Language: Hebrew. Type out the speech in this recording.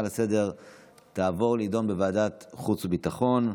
ההצעה לסדר-היום תעבור לדיון בוועדת החוץ והביטחון.